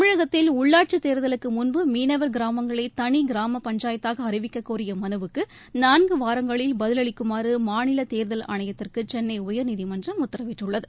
தமிழகத்தில் உள்ளாட்சி தேர்தலுக்கு முன்பு மீனவர் கிராமங்களை தனி கிராம பஞ்சாயத்தாக அறிவிக்கக்கோரிய மனுவுக்கு நான்கு வாரங்களில் பதிலளிக்குமாறு மாநில தேர்தல் ஆணையத்துக்கு சென்னை உயர்நீதிமன்றம் உத்தரவிட்டுள்ளது